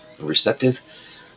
receptive